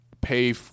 pay –